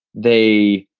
they,